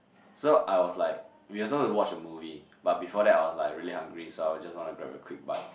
so I was like we also will watch a movie but before that I was like really hungry so I will just want to grab a quick bite